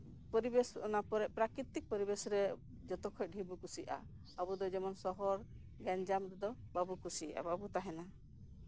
ᱯᱚᱨᱤᱵᱮᱥ ᱚᱱᱟ ᱠᱚᱨᱮ ᱯᱨᱟᱠᱤᱛᱤᱠ ᱯᱚᱨᱤᱵᱮᱥ ᱨᱮ ᱡᱚᱛᱚ ᱠᱷᱚᱡ ᱰᱷᱮᱨ ᱤᱧ ᱠᱩᱥᱤᱭᱟᱜᱼᱟ ᱟᱵᱚ ᱫᱚ ᱡᱮᱢᱚᱱ ᱥᱚᱦᱚᱨ ᱜᱮᱧᱡᱟᱢ ᱫᱚ ᱵᱟᱵᱚ ᱠᱩᱥᱤᱭᱟᱜᱼᱟ ᱵᱟᱵᱚ ᱛᱟᱦᱮᱱᱟ